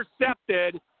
intercepted